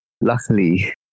Luckily